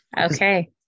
Okay